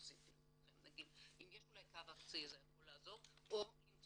אם יש אולי קו ארצי זה יכול לעזור או למצוא